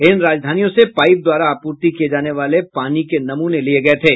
इन राजधानियों से पाइप द्वारा आपूर्ति किये जाने वाले पानी के नमूने लिये गये थे